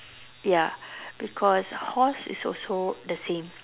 ya because horse is also the same